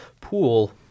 pool